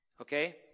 Okay